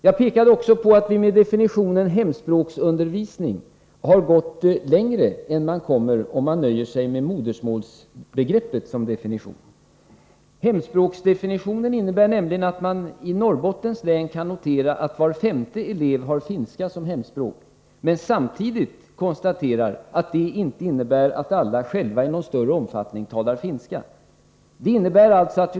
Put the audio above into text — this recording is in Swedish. Jag pekade också på att vi med definitionen hemspråksundervisning har gått längre än man kommer om man nöjer sig med modersmålsbegreppet som definition. Hemspråksdefinitionen innebär nämligen att man i Norrbottens län kan konstatera att var femte elev har finska som hemspråk, men samtidigt också kan konstatera att det inte innebär att alla dessa elever själva i någon större omfattning talar finska.